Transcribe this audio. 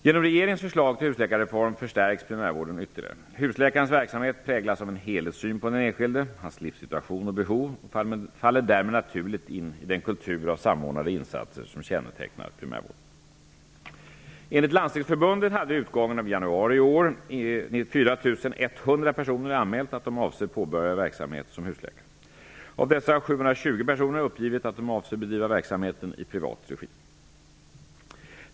Genom regeringens förslag till husläkarreform förstärks primärvården ytterligare. Husläkarens verksamhet präglas av en helhetssyn på den enskilde, hans livssituation och behov och faller därmed naturligt in i den kultur av samordnade insatser som kännetecknar primärvården. Enligt Landstingsförbundet hade vid utgången av januari månad innevarande år 4 100 personer anmält att de avser påbörja verksamhet som husläkare. Av dessa har 720 personer uppgivit att de avser bedriva verksamhet i privat regi.